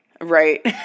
Right